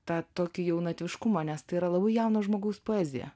tą tokį jaunatviškumą nes tai yra labai jauno žmogaus poezija